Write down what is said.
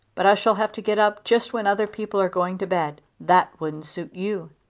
but i shall have to get up just when other people are going to bed. that wouldn't suit you.